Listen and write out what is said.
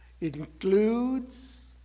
includes